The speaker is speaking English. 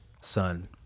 son